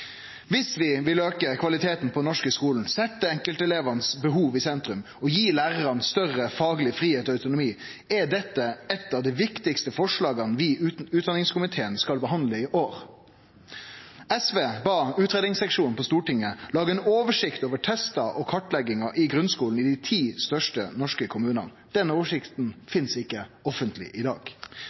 Viss vi vil auke kvaliteten på den norske skolen, setje enkeltelevens behov i sentrum og gje lærarane ein større fagleg fridom og autonomi, er dette eit av dei viktigaste forslaga vi i utdanningskomiteen behandlar i år. SV bad utgreiingsseksjonen på Stortinget om å lage ei oversikt over testar og kartleggingar i grunnskolen i dei ti største norske kommunane. Denne oversikta finst ikkje offentleg i dag.